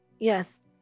Yes